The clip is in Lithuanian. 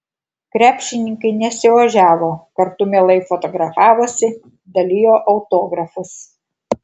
krepšininkai nesiožiavo kartu mielai fotografavosi dalijo autografus